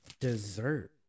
Dessert